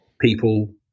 people